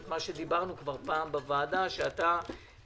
את מה שדיברנו כבר פעם בוועדה תומר,